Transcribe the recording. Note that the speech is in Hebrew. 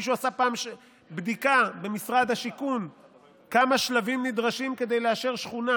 מישהו עשה פעם בדיקה במשרד השיכון כמה שלבים נדרשים כדי לאשר שכונה?